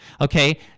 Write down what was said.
okay